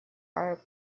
are